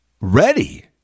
ready